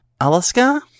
Alaska